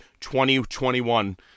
2021